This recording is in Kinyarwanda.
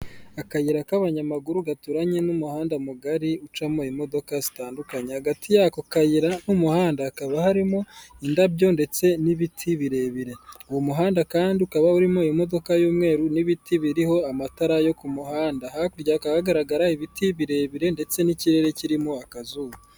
akayira k'abanyamaguru gaturanye n'umuhanda mugari ucamo imodoka zitandukanye hagati y'ako kayira n'umuhanda hakaba harimo indabyo ndetse n'ibiti birebire uwo muhanda kandi ukaba urimo imodoka y'umweru n'ibiti biriho amatara yo ku muhanda hakurya hakaba hagaragara ibiti birebire ndetse n'ikirere kirimo akazuba.